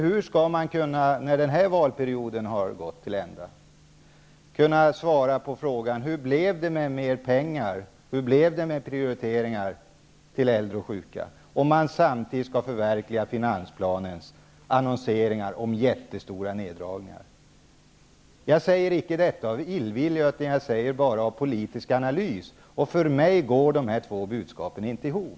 Hur skall man, när den här valperioden har gått till ända, kunna svara på frågan: Hur blev det med mer pengar, hur blev det med prioriteringar av äldre och sjuka? Detta måste ju bli svårt om man samtidigt skall förverkliga finansplanens annonseringar om jättestora neddragningar. Jag säger icke detta av illvilja, utan jag säger det bara som politisk analys. För mig går de här två budskapen inte ihop.